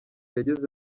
yageze